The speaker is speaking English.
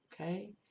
Okay